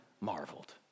marveled